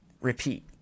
Repeat